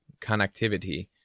connectivity